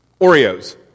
Oreos